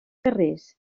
carrers